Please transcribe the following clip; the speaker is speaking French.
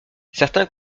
certains